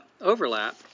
overlap